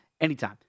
anytime